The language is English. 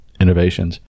innovations